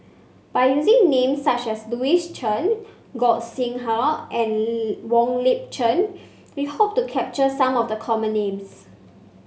by using names such as Louis Chen Gog Sing Hooi and Wong Lip Chin we hope to capture some of the common names